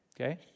okay